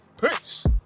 Peace